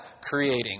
creating